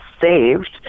saved